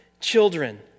children